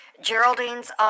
Geraldine's